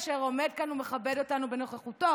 אשר עומד כאן ומכבד אותנו בנוכחותו,